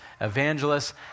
evangelists